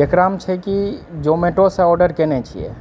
जेकरामे छै कि जोमेटोसँ आर्डर कयने छियै